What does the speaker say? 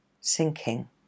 sinking